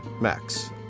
Max